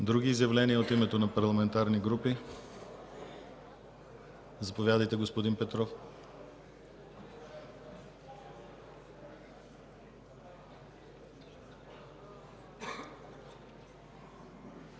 Други изявления от името на парламентарни групи? Заповядайте, господин Петров.